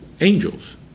angels